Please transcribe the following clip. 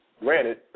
granted